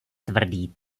tvrdý